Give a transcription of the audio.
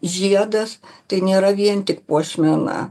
žiedas tai nėra vien tik puošmena